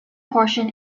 portion